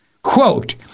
Quote